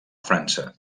frança